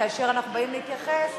כאשר אנחנו באים להתייחס,